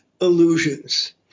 illusions